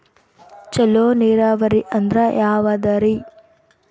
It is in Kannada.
ಚಲೋ ನೀರಾವರಿ ಅಂದ್ರ ಯಾವದದರಿ?